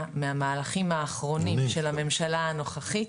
מהמהלכים האחרונים של הממשלה הנוכחית,